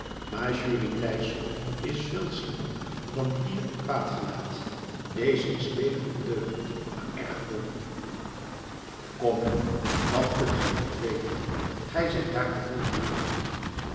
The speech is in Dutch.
maar jurrie thijsz is veel slimmer dan pier quaet gelaet deze is leelijk ondeugend maar erg dom kom jongen dat kunt gij niet weten gij zijt daartoe veel te jong